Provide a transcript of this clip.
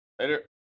Later